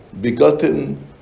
Begotten